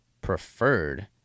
preferred